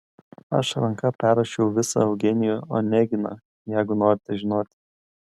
aš ranka perrašiau visą eugenijų oneginą jeigu norite žinoti